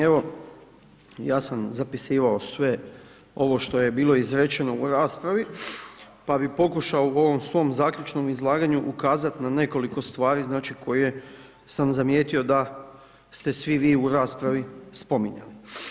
Evo, ja sam zapisivao sve ovo što je bilo izrečeno u raspravi, pa bi pokušao u ovom svom zaključnom izlaganju ukazat na nekoliko stvari, znači, koje sam zamijetio da ste svi vi u raspravi spominjali.